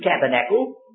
tabernacle